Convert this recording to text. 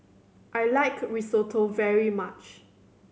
I like Risotto very much